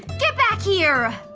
get back here!